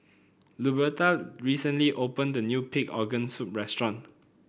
Luberta recently opened a new Pig Organ Soup restaurant